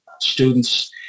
students